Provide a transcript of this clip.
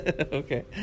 Okay